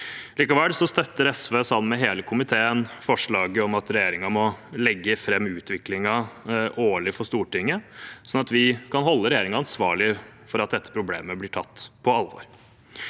Likevel støtter SV sammen med hele komiteen forslaget om at regjeringen må legge fram utviklingen årlig for Stortinget, sånn at vi kan holde regjeringen ansvarlig med hensyn til at dette problemet blir tatt på alvor.